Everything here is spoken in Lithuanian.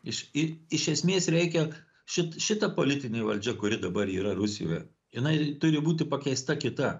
iš į iš esmės reikia šit šita politinė valdžia kuri dabar yra rusioe jinai turi būti pakeista kita